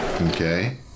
Okay